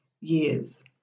years